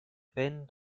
peine